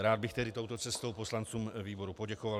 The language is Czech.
Rád bych tedy touto cestou poslancům výboru poděkoval.